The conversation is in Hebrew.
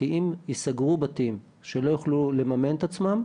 כי אם יסגרו בתים שלא יוכלו לממן את עצמם,